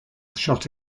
shot